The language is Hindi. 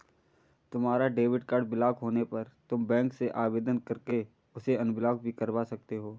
तुम्हारा डेबिट कार्ड ब्लॉक होने पर तुम बैंक से आवेदन करके उसे अनब्लॉक भी करवा सकते हो